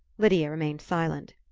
lydia remained silent.